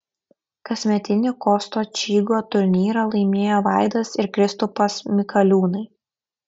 kasmetinį kosto čygo turnyrą laimėjo vaidas ir kristupas mikaliūnai